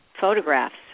photographs